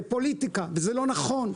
זה פוליטיקה וזה לא נכון.